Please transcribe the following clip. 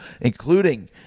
including